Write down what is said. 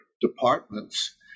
departments